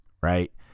right